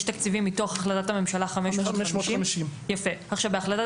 יש תקציבים מתוך החלטת הממשלה 550. בהחלטת